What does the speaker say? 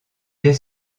des